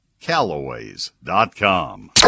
Callaways.com